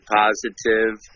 positive